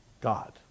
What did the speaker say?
God